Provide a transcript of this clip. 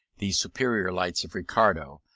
the superior lights of ricardo,